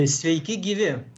sveiki gyvi